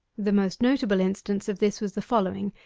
the most notable instance of this was the following.